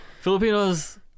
Filipinos